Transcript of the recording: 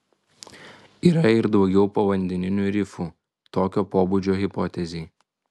yra ir daugiau povandeninių rifų tokio pobūdžio hipotezei